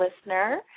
listener